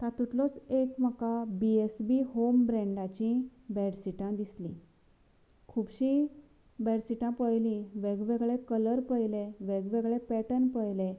तातूंतलोच एक म्हाका BSB home ब्रेंडाचीं बेडशीटां दिसलीं खुबशीं बेडशीटां पळयलीं वेगवेगळे कलर पळयले वेगवेगळे पॅटर्न पळयले